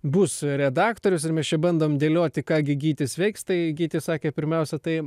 bus redaktorius ir mes čia bandom dėlioti ką gi gytis veiks tai gytis sakė pirmiausia tai